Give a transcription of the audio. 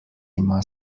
ima